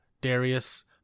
Darius